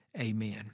Amen